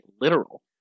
literal